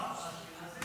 מה, אתה אשכנזי?